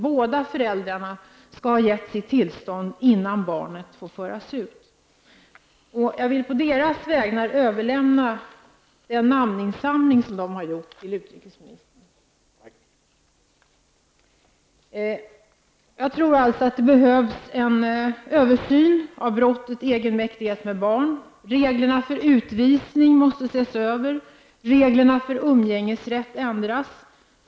Båda föräldrarna skall ha gett sitt tillstånd för att ett barn skall få föras ut ur landet. Jag vill på dessa människors vägnar till utrikesministern överlämna de namnlistor som finns. Jag tror alltså att det behövs en översyn beträffande brottet egenmäktighet med barn. Vidare måste reglerna för utvisning ses över och reglerna för umgängesrätt ändras.